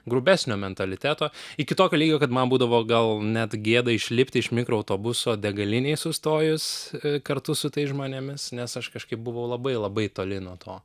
grubesnio mentaliteto iki tokio lygio kad man būdavo gal net gėda išlipti iš mikroautobuso degalinėj sustojus kartu su tais žmonėmis nes aš kažkaip buvau labai labai toli nuo to